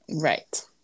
Right